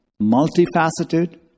multifaceted